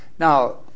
Now